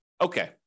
okay